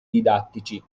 didattici